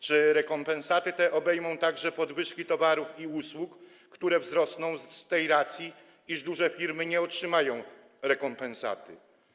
Czy rekompensaty te obejmą także podwyżki cen towarów i usług, które wzrosną z tej racji, iż duże firmy nie otrzymają rekompensaty?